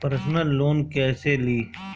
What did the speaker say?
Personal loan कैसे ली?